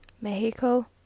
Mexico